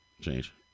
change